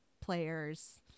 players